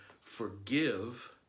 forgive